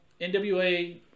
NWA